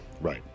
Right